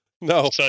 No